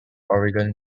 oregon